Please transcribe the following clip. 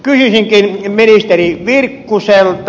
kysyisinkin ministeri virkkuselta